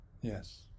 yes